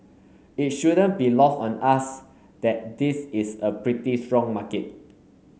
it shouldn't be lost on us that this is a pretty strong market